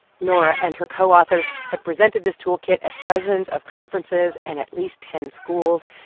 nora and her co-authors have presented this toolkit at dozens of conferences and at least ten schools,